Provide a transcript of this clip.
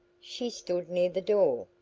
she stood near the door.